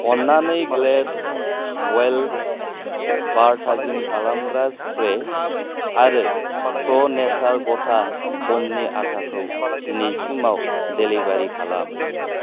अन्नानै Glade wild बार थाजिम खालामग्रा स्प्रे आरो प्र नेचार गथा गमनि आटाखौ दिनैसिमाव डेलिभारि खालाम